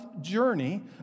journey